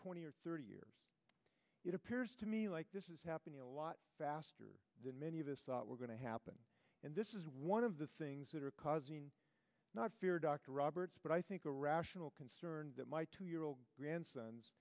twenty or thirty years it appears to me like this is happening a lot faster than many of us thought were going to happen and this is one of the things that are causing not fear dr roberts but i think a rational concern that my two year old grandson